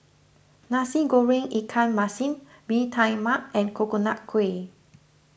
Nasi Goreng Ikan Masin Bee Tai Mak and Coconut Kuih